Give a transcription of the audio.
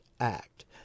act